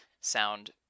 sound